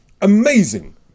amazing